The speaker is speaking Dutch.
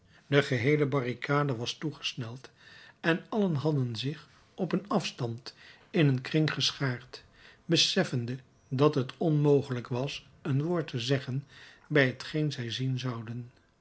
de geheele barricade was toegesneld en allen hadden zich op een afstand in een kring geschaard beseffende dat t onmogelijk was een woord te zeggen bij t geen zij zien zouden